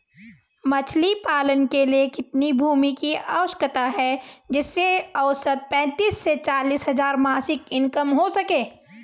मछली पालन के लिए कितनी भूमि की आवश्यकता है जिससे औसतन पैंतीस से चालीस हज़ार मासिक इनकम हो सके?